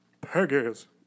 Peggy's